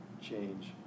change